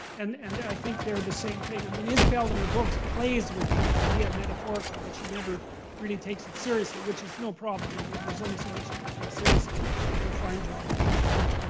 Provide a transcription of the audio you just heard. and and i think they're the same thing. i mean liz in her books plays with that idea, metaphorically, but she never really takes it seriously, which is no problem. i mean there's only so much you can take seriously, and she did a fine job of what she did.